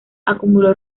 acumuló